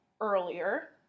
earlier